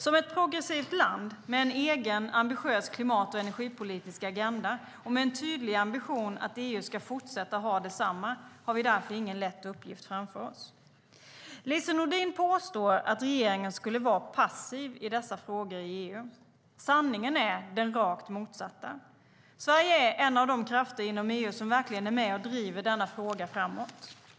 Som ett progressivt land, med en egen ambitiös klimat och energipolitisk agenda och med en tydlig ambition att EU ska fortsätta ha detsamma, har vi därför ingen lätt uppgift framför oss. Lise Nordin påstår att regeringen skulle vara passiv i dessa frågor i EU. Sanningen är den rakt motsatta. Sverige är en av de krafter inom EU som verkligen är med och driver denna fråga framåt.